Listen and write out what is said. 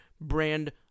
brand